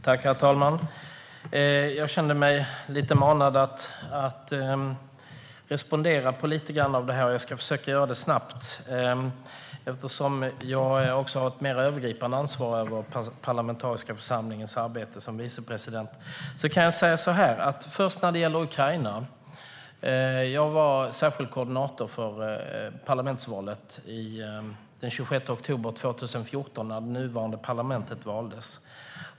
Herr talman! Jag kände mig manad att respondera på lite av detta, och jag ska försöka göra det snabbt. Eftersom jag också har ett mer övergripande ansvar för den parlamentariska församlingens arbete som vice president kan jag säga så här: När det gäller Ukraina var jag särskild koordinator för parlamentsvalet den 26 oktober 2014 när det nuvarande parlamentet valdes.